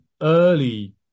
early